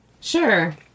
Sure